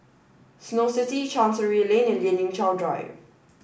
Snow City Chancery Lane and Lien Ying Chow Drive